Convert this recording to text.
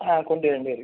ആ ഉണ്ട് രണ്ട് പേര്